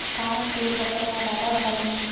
का के फसल मा जादा फ़ायदा मिलथे?